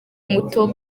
muto